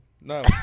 No